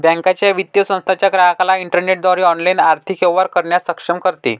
बँकेच्या, वित्तीय संस्थेच्या ग्राहकाला इंटरनेटद्वारे ऑनलाइन आर्थिक व्यवहार करण्यास सक्षम करते